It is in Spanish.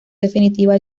definitiva